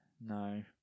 no